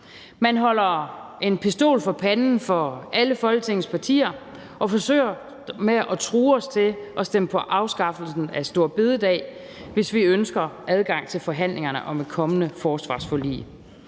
partier en pistol for panden og forsøger at true os til at stemme for afskaffelsen af store bededag, hvis vi ønsker adgang til forhandlingerne om et kommende forsvarsforlig.